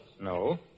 No